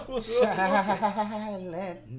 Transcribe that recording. Silent